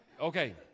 Okay